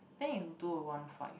think is two O one five